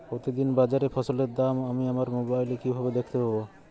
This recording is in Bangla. প্রতিদিন বাজারে ফসলের দাম আমি আমার মোবাইলে কিভাবে দেখতে পাব?